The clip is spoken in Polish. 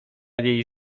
jej